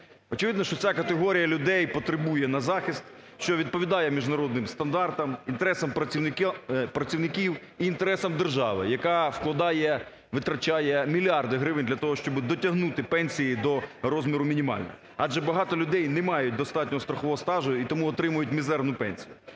Очевидно, що ця категорія людей потребує на захист, що відповідає міжнародним стандартам, інтересам працівників і інтересам держави, яка вкладає, витрачає мільярди гривень для того, щоб дотягнути пенсії до розміру мінімального. Адже багато людей не мають достатнього страхового стажу, і тому отримують мізерну пенсію.